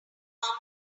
normal